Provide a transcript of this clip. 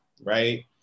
right